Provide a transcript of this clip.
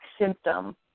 symptom